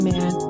Man